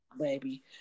baby